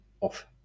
off